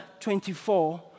24